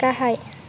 गाहाय